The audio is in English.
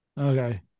okay